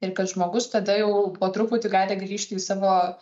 ir kad žmogus tada jau po truputį gali grįžti į savo